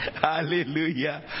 Hallelujah